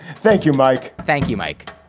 thank you, mike. thank you, mike